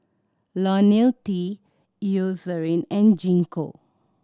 Ionil T Eucerin and Gingko